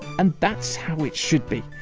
and that's how it should be!